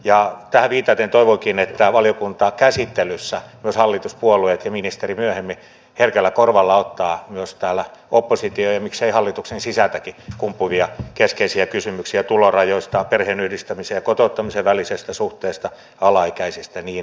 tähän viitaten toivonkin että valiokuntakäsittelyssä myös hallituspuolueet ja ministeri myöhemmin herkällä korvalla ottavat myös täällä oppositiosta ja miksei hallituksen sisältäkin kumpuavia keskeisiä kysymyksiä tulorajoista perheenyhdistämisen ja kotouttamisen välisestä suhteesta alaikäisistä ja niin edelleen